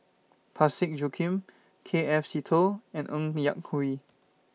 Parsick Joaquim K F Seetoh and Ng Yak Whee